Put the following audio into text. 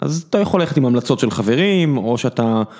אז אתה יכול ללכת עם המלצות של חברים, או שאתה...